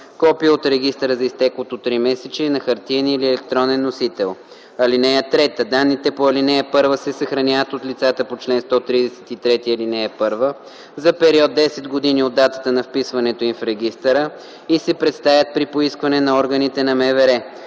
копие от регистъра за изтеклото тримесечие, на хартиен или електронен носител. (3) Данните по ал. 1 се съхраняват от лицата по чл. 133, ал. 1 за период 10 години от датата на вписването им в регистъра и се предоставят при поискване на органите на МВР.